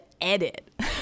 edit